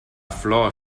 flor